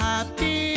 Happy